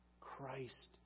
Christ